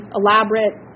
elaborate